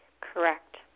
Correct